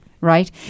Right